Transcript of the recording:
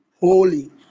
holy